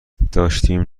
داشتیم